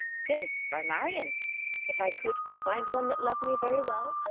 faith, by marrying if i could but find one that loved me very well,